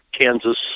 Kansas